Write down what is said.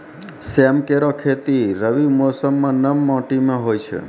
सेम केरो खेती रबी मौसम म नम माटी में होय छै